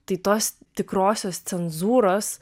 tai tos tikrosios cenzūros